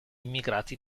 immigrati